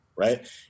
Right